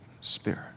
Spirit